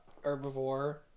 Herbivore